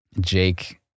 Jake